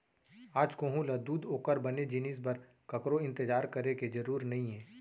आज कोहूँ ल दूद ओकर बने जिनिस बर ककरो इंतजार करे के जरूर नइये